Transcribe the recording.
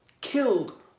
killed